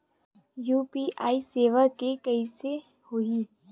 UPI सेवा के कइसे होही?